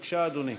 בבקשה, אדוני.